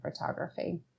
photography